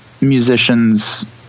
musicians